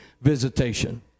visitation